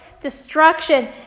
destruction